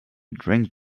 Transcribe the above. drink